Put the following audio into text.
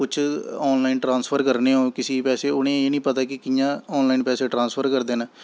कुश online transfer करने होन कुसै गी पैसे उ'नें गी एह् निं पता कि कि'यां ऑन लाईन पैसे ट्रांसफर करदे न